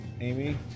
Amy